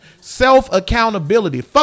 self-accountability